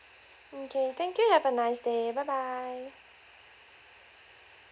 okay thank you have a nice day bye bye